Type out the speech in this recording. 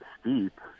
steep